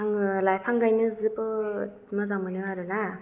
आङो लाइफां गायनो जोबोद मोजां मोनो आरोना